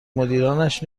مدیرانش